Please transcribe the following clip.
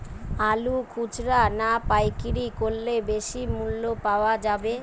আলু খুচরা না পাইকারি করলে বেশি মূল্য পাওয়া যাবে?